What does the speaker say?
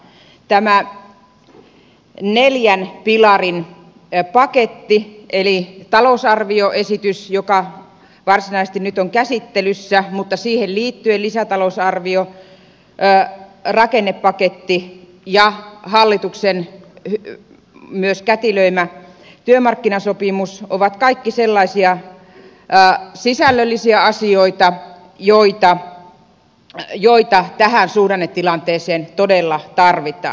tämä neljän pilarin paketti eli talousarvioesitys joka varsinaisesti nyt on käsittelyssä mutta siihen liittyen myös lisätalousarvio rakennepaketti ja hallituksen kätilöimä työmarkkinasopimus ovat kaikki sellaisia sisällöllisiä asioita joita tähän suhdannetilanteeseen todella tarvitaan